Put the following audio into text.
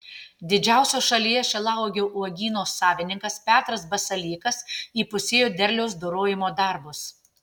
didžiausio šalyje šilauogių uogyno savininkas petras basalykas įpusėjo derliaus dorojimo darbus